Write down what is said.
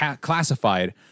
classified